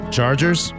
Chargers